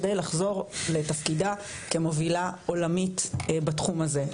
כדי לחזור לתפקידה כמובילה עולמית בתחום הזה,